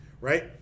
Right